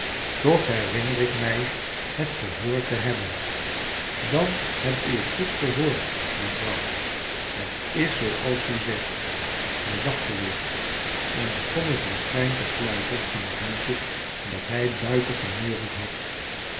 toch herinner ik mij het gehoord te hebben dan hebt u goed gehoord mevrouw het is zooals u zegt jlrj lachte weer en begon het referein te fluiten van het liedje dat hfj buiten geneuried had